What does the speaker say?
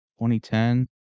2010